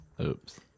Oops